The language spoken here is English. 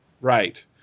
Right